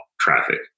traffic